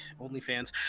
OnlyFans